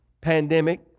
pandemic